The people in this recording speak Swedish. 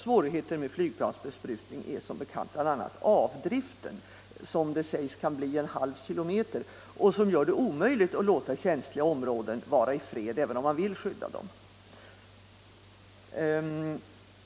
Svårigheten med flygplansbesprutning är som bekant bl.a. avdriften, som sägs kunna bli en halv kilometer och som gör det omöjligt att låta känsliga områden vara i fred, även om man vill skydda dem.